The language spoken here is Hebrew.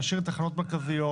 להשאיר את תחנות מרכזיות,